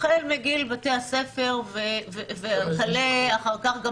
החל מגיל בתי הספר וכלה אחר כך גם